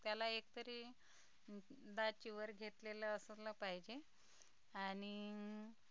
त्याला एकतरी दाचीवर घेतलेलं असलं पाहिजे आणि